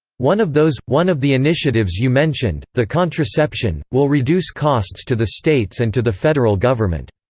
one of those one of the initiatives you mentioned, the contraception, will reduce costs to the states and to the federal government.